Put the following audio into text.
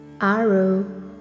arrow